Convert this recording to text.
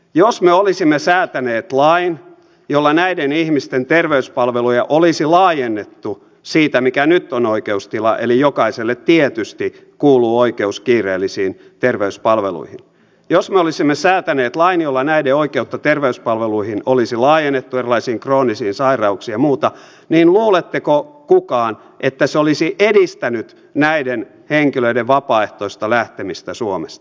jos me olisimme säätäneet lain jolla näiden ihmisten terveyspalveluja olisi laajennettu siitä mikä nyt on oikeustila jokaiselle tietysti kuuluu oikeus kiireellisiin terveyspalveluihin jos olisimme säätäneet lain jolla näiden oikeutta terveyspalveluihin erilaisiin kroonisiin sairauksiin ja muihin niin luuleeko kukaan että se olisi edistänyt näiden henkilöiden vapaaehtoista lähtemistä suomesta